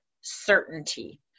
certainty